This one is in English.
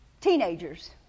Teenagers